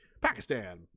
Pakistan